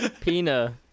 Pina